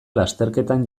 lasterketan